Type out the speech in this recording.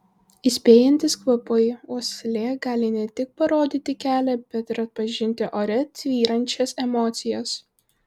įspėjantys kvapai uoslė gali ne tik parodyti kelią bet ir atpažinti ore tvyrančias emocijas